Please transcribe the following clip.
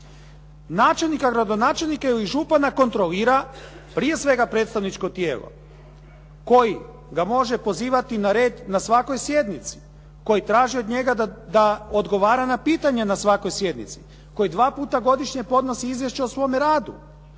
Načelnika, gradonačelnika ili župana kontrolira prije svega predstavničko tijelo koji ga može pozivati na red na svakoj sjednici, koji traži od njega da odgovara na pitanja na svakoj sjednici, koji dva puta godišnje podnosi izvješće o svome radu,